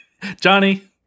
Johnny